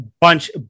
Bunch